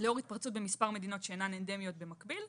לאור התפרצת במדינות שאינן אנדמיות במקביל.